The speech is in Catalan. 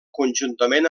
conjuntament